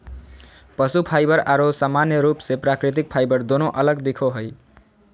पशु फाइबर आरो सामान्य रूप से प्राकृतिक फाइबर दोनों अलग दिखो हइ